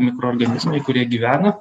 mikroorganizmai kurie gyvena